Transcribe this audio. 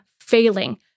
failing